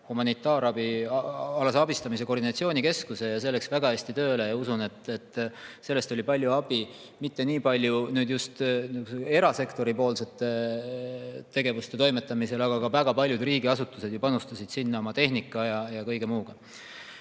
humanitaarabialase abistamise koordinatsioonikeskuse. See läks väga hästi tööle ja usun, et sellest oli palju abi – mitte nii palju just erasektori tegevuste toimetamisel, aga ka väga paljud riigiasutused ju panustasid sinna oma tehnika ja kõige muuga.